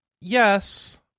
Yes